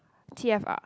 T_F_R